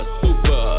super